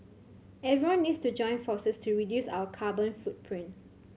everyone needs to join forces to reduce our carbon footprint